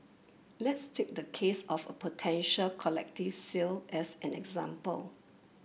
let's take the case of a potential collective sale as an example